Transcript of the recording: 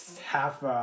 half